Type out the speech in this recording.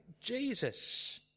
Jesus